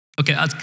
Okay